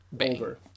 Over